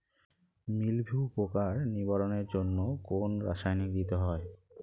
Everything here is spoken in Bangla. মিলভিউ পোকার নিবারণের জন্য কোন রাসায়নিক দিতে হয়?